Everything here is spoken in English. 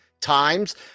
times